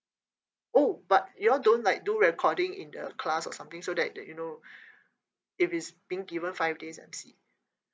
oh but you all don't like do recording in the class or something so that that you know if it's being given five days M_C